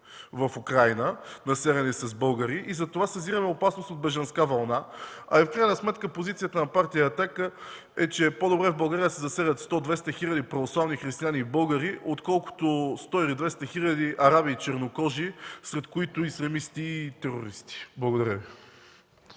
в Украйна, населени с българи, и затова съзираме опасност от бежанска вълна. В крайна сметка позицията на партия „Атака” е, че е по-добре в България да се заселят 100-200 хиляди православни християни и българи, отколкото 100 или 200 хиляди араби и чернокожи, сред които ислямисти и терористи. Благодаря Ви.